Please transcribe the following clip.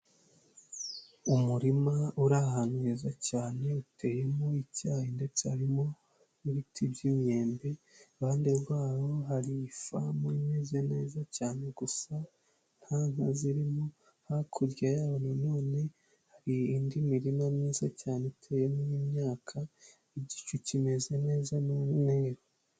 Umurima uri ahantu heza cyane uteyemo icyayi ndetse harimo n'ibiti by'imyembe, iruhande rwawo hari ifamu imeze neza cyane gusa nta nka zirimo, hakurya yawo nanone hari indi mirima myiza cyane iteyemo imyaka, igicu kimeze neza ni umweru.